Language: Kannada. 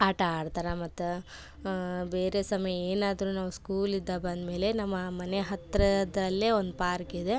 ಆಟ ಆಡ್ತಾರೆ ಮತ್ತು ಬೇರೆ ಸಮಯ ಏನಾದರು ನಾವು ಸ್ಕೂಲಿಂದ ಬಂದಮೇಲೆ ನಮ್ಮ ಮನೆ ಹತ್ತಿರದ್ರಲ್ಲೆ ಒಂದು ಪಾರ್ಕಿದೆ